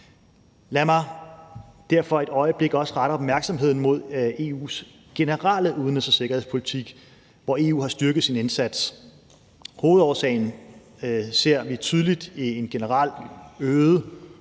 Lad mig derfor et øjeblik også rette opmærksomheden mod EU’s generelle udenrigs- og sikkerhedspolitik, hvor EU har styrket sin indsats. Hovedårsagen ser vi tydeligt i et generelt øget